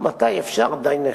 מתי אפשר דן יחיד.